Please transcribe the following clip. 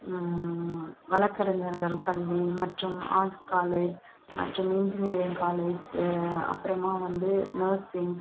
வழக்கறிஞர்கள் கல்வி மற்றும் ஆர்ட்ஸ் காலேஜ் மற்றும் இன்ஜினியரிங் காலேஜ் அப்புறமா வந்து நர்சிங்